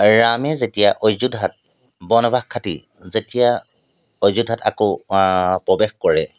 ৰামে যেতিয়া অযোধ্যাত বনবাস খাটি যেতিয়া অযোধ্যাত আকৌ প্ৰৱেশ কৰে